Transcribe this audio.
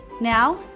Now